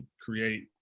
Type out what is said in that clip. create